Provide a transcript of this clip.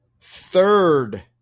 third